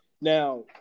Now